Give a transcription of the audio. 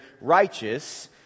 righteous